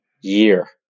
year